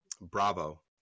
Bravo